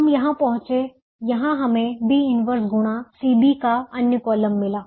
हम यहां पहुंचे यहाँ हमें B 1 गुणा CB का अन्य कॉलम मिला